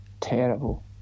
terrible